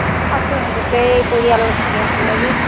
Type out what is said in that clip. আছোঁ গোটেই পৰিয়াল ঠিকেই আছে বাৰু